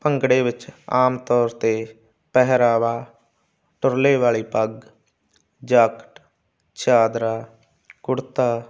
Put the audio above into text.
ਭੰਗੜੇ ਵਿੱਚ ਆਮ ਤੌਰ 'ਤੇ ਪਹਿਰਾਵਾ ਤੁਰਲੇ ਵਾਲੀ ਪੱਗ ਜਾਕਟ ਚਾਦਰਾ ਕੁੜਤਾ